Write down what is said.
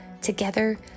Together